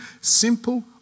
simple